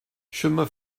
chemin